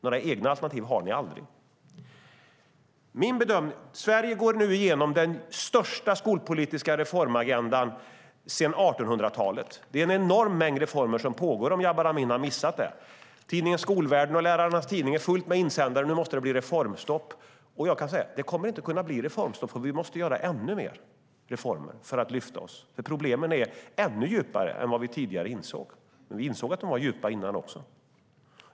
Några egna alternativ har ni aldrig. Sverige går nu igenom den största skolpolitiska reformagendan sedan 1800-talet. Det är en enorm mängd reformer som pågår, om Jabar Amin har missat det. Tidningen Skolvärlden och Lärarnas tidning är fulla av insändare om att det nu måste bli reformstopp. Men det kommer inte att kunna bli reformstopp. Vi måste genomföra ännu fler reformer för att lyfta oss, för problemen är ännu djupare än vad vi tidigare insåg. Men vi insåg också tidigare att de var djupa.